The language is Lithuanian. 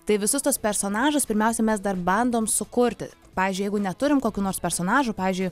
tai visus tuos personažus pirmiausia mes dar bandom sukurti pavyzdžiui jeigu neturim kokių nors personažų pavyzdžiui